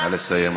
נא לסיים,